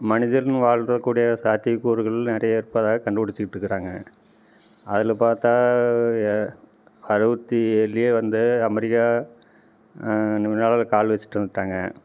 மனிதன் வாழ்கிறக் கூடிய சாத்தியக்கூறுகள் நிறைய இருப்பதாக கண்டுபுடிச்சிட்ருக்குறாங்க அதில் பார்த்தா அறுபத்தி ஏழில் வந்து அமெரிக்கா நிலாவில் கால் வச்சுட்டு வந்துவிட்டாங்க